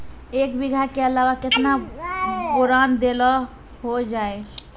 एक बीघा के अलावा केतना बोरान देलो हो जाए?